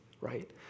right